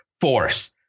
force